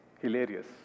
hilarious